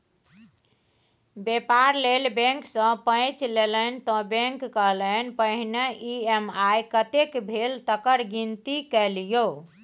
बेपार लेल बैंक सँ पैंच लेलनि त बैंक कहलनि पहिने ई.एम.आई कतेक भेल तकर गिनती कए लियौ